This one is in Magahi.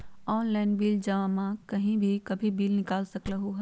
ऑनलाइन बिल जमा कहीं भी कभी भी बिल निकाल सकलहु ह?